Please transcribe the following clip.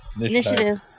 Initiative